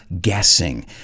guessing